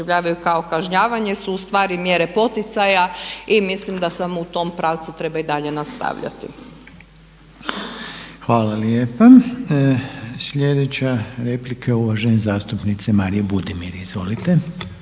kao kažnjavanje su ustvari mjere poticaja i mislim da samo u tom pravcu treba i dalje nastavljati. **Reiner, Željko (HDZ)** Hvala lijepa. Sljedeća replika, uvažene zastupnice Marije Budimir. Izvolite.